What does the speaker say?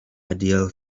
ideal